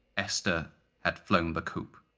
esther had flown the coop.